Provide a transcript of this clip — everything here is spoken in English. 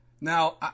Now